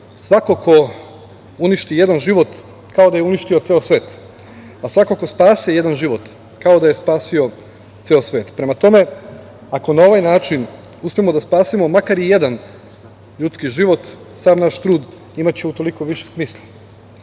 Svako ko uništi jedan život kao da je uništio ceo svet, a svako ko spase jedan život kao da je spasio ceo svet“. Prema tome, ako na ovaj način uspemo da spasimo makar i jedan ljudski život sav naš trud imaće u toliko više smisla. Ne